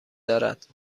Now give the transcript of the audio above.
دارد